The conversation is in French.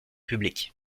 public